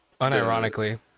unironically